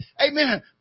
Amen